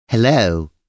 Hello